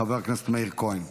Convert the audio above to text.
חבר הכנסת מאיר כהן,